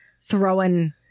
throwing